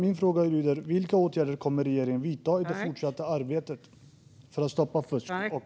Min fråga lyder: Vilka åtgärder kommer regeringen att vidta i det fortsatta arbetet för att stoppa fusket?